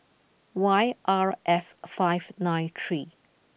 Y R F five nine three